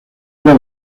era